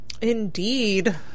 Indeed